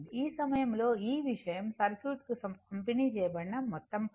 ఈ సమయంలో ఈ విషయం సర్క్యూట్కు పంపిణీ చేయబడిన మొత్తం పవర్